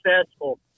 successful